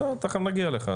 בסדר, תכף נגיע אליך.